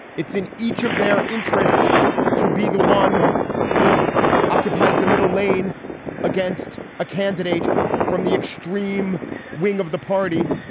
it's in each of their interest to be the one who occupies the middle lane against a candidate from the extreme wing of the party.